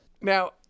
now